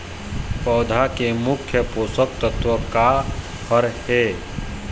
पौधा के मुख्य पोषकतत्व का हर हे?